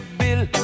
bill